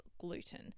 gluten